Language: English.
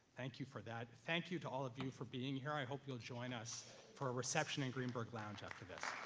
thank you for that. thank you to all of you for being here. i hope you'll join us for a reception in greenberg lounge after this.